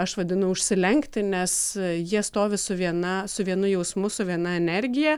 aš vadinu užsilenkti nes jie stovi su viena su vienu jausmu su viena energija